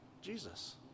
Jesus